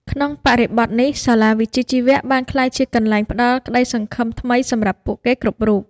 ក្នុងបរិបទនេះ សាលាវិជ្ជាជីវៈបានក្លាយជាកន្លែងផ្តល់ក្តីសង្ឃឹមថ្មីសម្រាប់ពួកគេគ្រប់រូប។